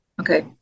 Okay